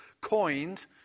coined